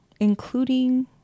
including